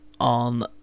On